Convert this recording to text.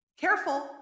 Careful